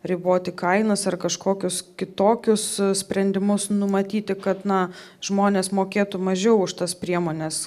riboti kainas ar kažkokius kitokius sprendimus numatyti kad na žmonės mokėtų mažiau už tas priemones